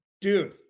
Dude